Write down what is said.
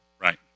Right